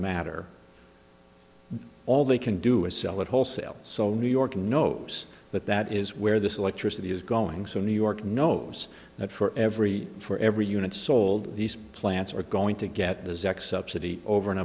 matter all they can do is sell it wholesale so new york knows that that is where this electricity is going so new york knows that for every for every unit sold these plants are going to get the zech subsidy over and